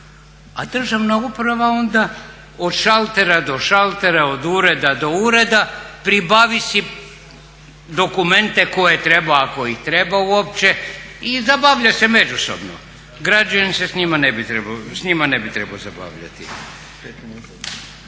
A državna uprava onda od šaltera do šaltera, od ureda do ureda pribavi si dokumente koje treba, ako ih treba uopće i zabavlja se međusobno. Građanin se s njima ne bi trebao zabavljati.